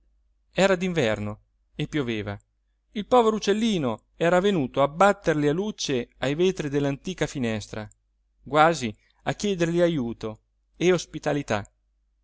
era d'inverno e pioveva il povero uccellino era venuto a batter le alucce ai vetri dell'antica finestra quasi a chiedergli ajuto e ospitalità